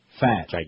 Fat